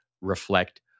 reflect